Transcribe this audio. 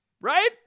right